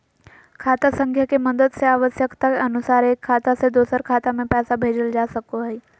खाता संख्या के मदद से आवश्यकता अनुसार एक खाता से दोसर खाता मे पैसा भेजल जा सको हय